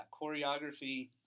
choreography